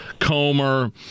Comer